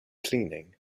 cleaning